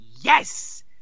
Yes